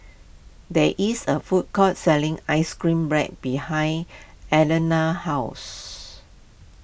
there is a food court selling Ice Cream Bread behind Alanna's house